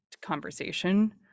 conversation